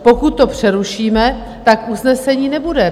Pokud to přerušíme, tak usnesení nebude.